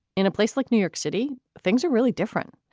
in a place like new york city, things are really different.